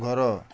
ଘର